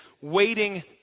waiting